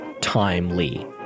timely